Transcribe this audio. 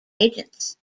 agents